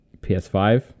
PS5